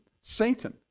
Satan